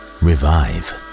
revive